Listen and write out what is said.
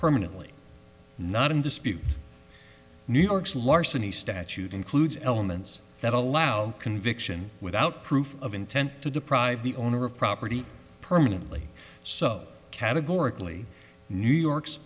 dispute new york's larceny statute includes elements that allow conviction without proof of intent to deprive the owner of property permanently so categorically new york's